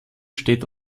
steht